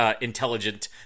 intelligent